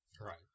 Right